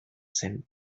zen